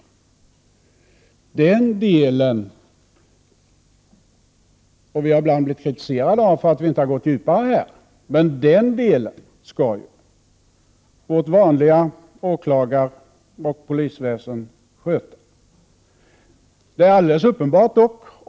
Den delen — där har vi ibland blivit kritiserade för att vi inte gått djupare — skall ju vårt vanliga åklagaroch polisväsende sköta.